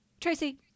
Tracy